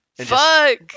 fuck